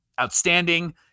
outstanding